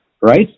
right